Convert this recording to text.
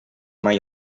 mai